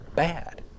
bad